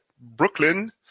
Brooklyn